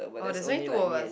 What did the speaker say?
orh there's only two of us